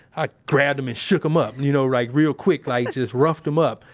i grabbed him and shook him up. you know, like real quick like, just roughed him up.